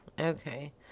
Okay